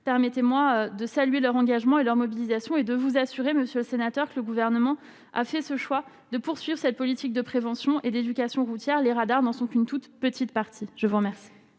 permettez-moi de saluer leur engagement et leur mobilisation et de vous assurer monsieur le sénateur, que le gouvernement a fait ce choix de poursuivre cette politique de prévention et d'éducation routière : les radars n'en sont qu'une toute petite partie je vous remercie.